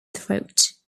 throat